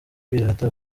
kwirata